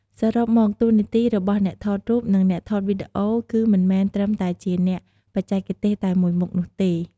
សរុបមក តួនាទីរបស់អ្នកថតរូប និងអ្នកថតវីដេអូ គឺមិនមែនត្រឹមតែជាអ្នកបច្ចេកទេសតែមួយមុខនោះទេ។